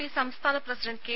P സംസ്ഥാന president K